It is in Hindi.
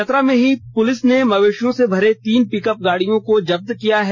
चतरा पुलिस ने मवेशियों से भरे तीन पिकअप गाड़ियों को जब्त किया है